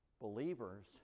believers